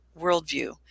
worldview